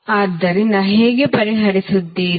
ಆದ್ದರಿಂದ ಹೇಗೆ ಪರಿಹರಿಸುತ್ತೀರಿ